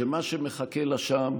שמה שמחכה לה שם